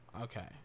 Okay